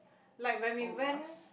like when we went